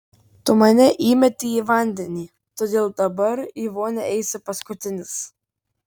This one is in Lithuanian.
tu mane įmetei į vandenį todėl dabar į vonią eisi paskutinis